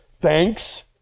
Thanks